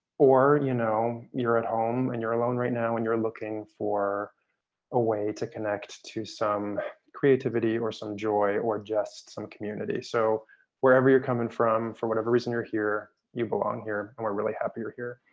or, you know, you're at home and you're alone right now and you're looking for a way to connect to some creativity or some joy or just some community. so wherever you're coming from, for whatever reason you're here, you belong here and we're really happy you're here.